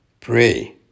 Pray